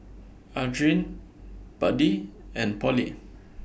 Adriene Buddie and Pollie